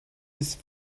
ist